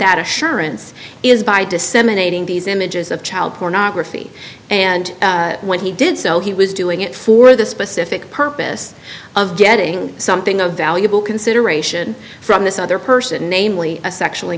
assurance is by disseminating these images of child pornography and when he did so he was doing it for the specific purpose of getting something a valuable consideration from this other person namely a sexual